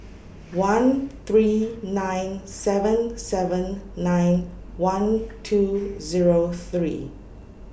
one three nine seven seven nine one two Zero three